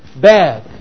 bad